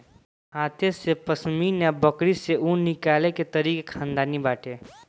हाथे से पश्मीना बकरी से ऊन निकले के तरीका खानदानी बाटे